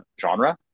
genre